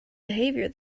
behavior